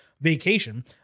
vacation